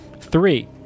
Three